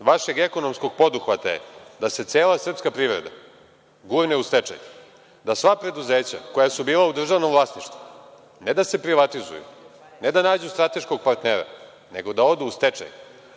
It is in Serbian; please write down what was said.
vašeg ekonomskog poduhvata je da se cela srpska privreda gurne u stečaj. Da sva preduzeća koja su bila u državnom vlasništvu ne da se privatizuju, ne da nađu strateškog partnera, nego da odu u stečaj,